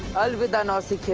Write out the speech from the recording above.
with timnasa